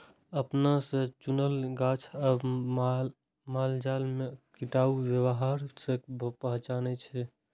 अपना से चुनल गाछ आ मालजाल में टिकाऊ व्यवहार से पहचानै छै